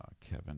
Kevin